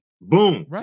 boom